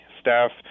Staff